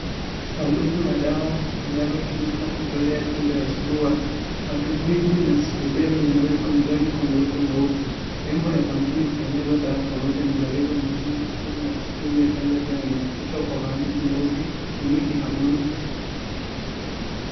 Sanduku la dawa linalotumika kutolea kinga ya surua, matumwitumwi na surubela limewekwa nyumbani kwenye lembo lenye uso mweupe. Lembo ya kampuni ya kutengeneza hiyo dawa pamoja na kueleza umuhimu ya kutumia hiyo dawa imechapishwa kwa meupe na pinki na buluu.